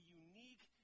unique